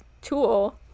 tool